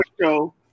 show